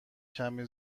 کمی